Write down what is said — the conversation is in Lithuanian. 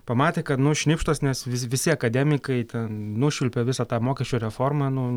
pamatė kad nu šnipštas nes vis visi akademikai nušvilpė visą tą mokesčio reformą nu